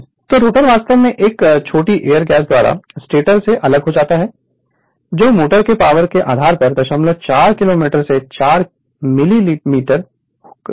Refer Slide Time 1708 तो rotor वास्तव में एक छोटी एयर गैस द्वारा स्टेटर से अलग हो जाता है जो मोटर की पावर के आधार पर 04 मिलीमीटर से 4 मिलीमीटर तक होता है